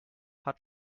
hat